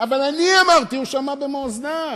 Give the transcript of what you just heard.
אבל אני אמרתי, והוא שמע במו-אוזניו: